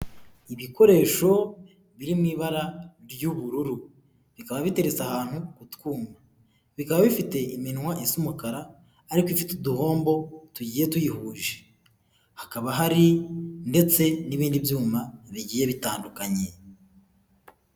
Ibikoresho biri mu ibara ry'ubururu, bikaba biteretse ahantu ku twuma, bikaba bifite iminwa isa umukara ariko ifite uduhombo tugiye tuyihuje, hakaba hari ndetse n'ibindi byuma bigiye bitandukanye.